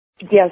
Yes